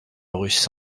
rue